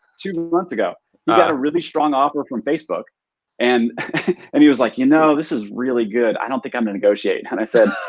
two months ago. he got a really strong offer from facebook and and he was like, you know, this is really good. i don't think i'm gonna negotiate. and i said,